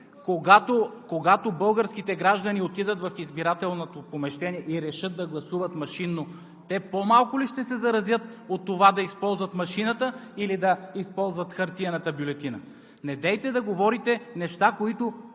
Когато българските граждани отидат в избирателното помещение и решат да гласуват машинно, те по-малко ли ще се заразят от това да използват машината, или да използват хартиената бюлетина? Недейте да говорите неща, които…